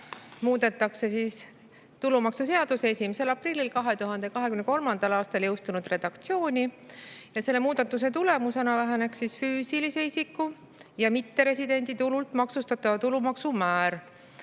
muudetakse tulumaksuseaduse 1. aprillil 2023. aastal jõustunud redaktsiooni ja selle muudatuse tulemusena väheneks füüsilise isiku ja mitteresidendi tulult maksustatava tulumaksu määr